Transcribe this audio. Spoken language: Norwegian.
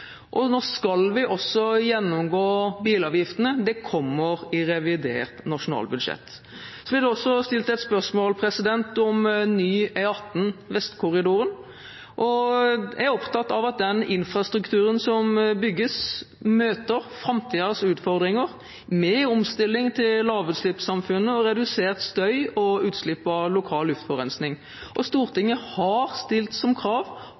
Nå skal vi også gjennomgå bilavgiftene. Det kommer i revidert nasjonalbudsjett. Så ble det også stilt et spørsmål om ny E18 Vestkorridoren. Jeg er opptatt av at den infrastrukturen som bygges, møter framtidens utfordringer med omstilling til lavutslippsamfunnet, redusert støy og utslipp av lokal luftforurensning. Stortinget har stilt som krav